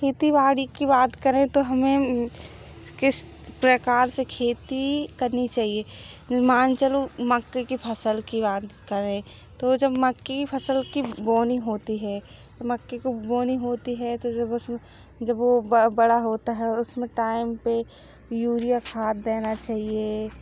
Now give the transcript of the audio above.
खेती बाड़ी कि बात करे तो हमें किस प्रकार से खेती करनी चाहिए मान चलो मक्के की फ़सल की बात करें तो जब मक्के फ़सल कि बोअनी होती हैं मक्के कि बोअनी होती है तब उसमे जब वह बड़ा होता है उसमें टाइम पर यूरिया खाद देना चाहिए